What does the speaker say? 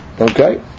Okay